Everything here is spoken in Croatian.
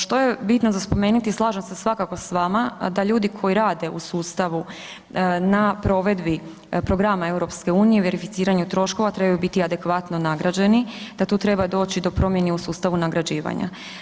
Što je bitno spomenuti, slažem se svakako s vama da ljudi koji rade u sustavu na provedbi programa EU-a, verificiranju troškova, trebaju biti adekvatno nagrađeni, da tu treba doći do promjene u sustavu nagrađivanja.